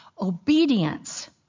obedience